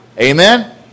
Amen